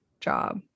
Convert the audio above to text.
job